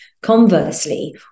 conversely